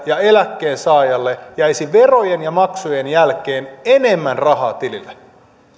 ja eläkkeensaajalle jäisi verojen ja maksujen jälkeen enemmän rahaa tilille